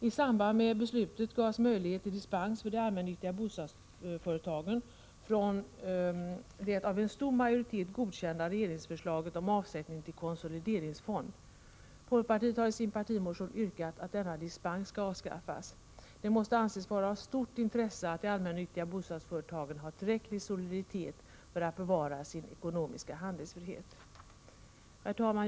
I samband med beslutet gavs möjlighet till dispens för de allmännyttiga bostadsföretagen från det av en stor majoritet godkända regeringsförslaget om avsättning till konsolideringsfond. Folkpartiet har i sin partimotion yrkat att denna dispens skall avskaffas. Det måste anses vara av stort intresse att de allmännyttiga bostadsföretagen har tillräcklig soliditet för att bevara sin ekonomiska handlingsfrihet. Herr talman!